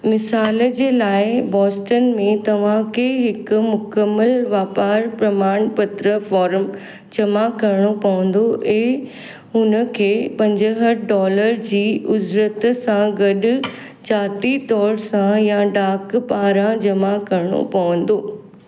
मिसाल जे लाइ बॉस्टन में तव्हांखे हिकु मुकमल वापारु प्रमाणपत्र फॉर्म जमा करणो पवंदो ऐं हुनखे पंजहठि डॉलर जी उज़रति सां गॾु जाती तौर सां या डाक पारां जमा करणो पवंदो